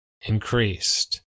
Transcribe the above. increased